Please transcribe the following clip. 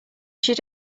should